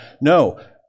no